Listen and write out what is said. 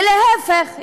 ולהפך,